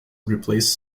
replace